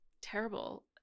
terrible